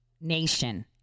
nation